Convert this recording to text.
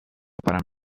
para